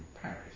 Paris